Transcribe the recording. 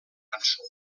cançó